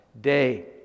day